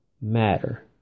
matter